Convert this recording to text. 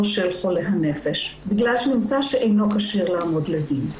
של חולה הנפש בגלל שנמצא שהוא אינו כשיר לעמוד לדין.